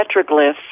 petroglyphs